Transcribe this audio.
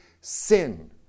sin